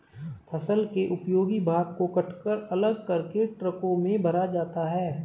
फसल के उपयोगी भाग को कटकर अलग करके ट्रकों में भरा जाता है